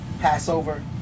Passover